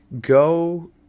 go –